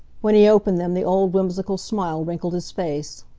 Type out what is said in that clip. when he opened them the old, whimsical smile wrinkled his face.